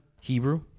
Hebrew